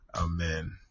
amen